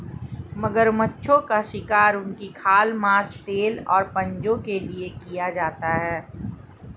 मगरमच्छों का शिकार उनकी खाल, मांस, तेल और पंजों के लिए किया जाता है